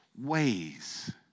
ways